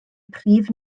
prif